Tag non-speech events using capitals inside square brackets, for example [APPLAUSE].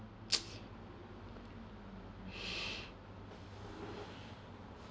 [NOISE] [BREATH]